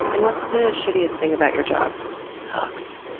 and what's the shittiest thing about your job? what suuucks?